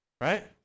right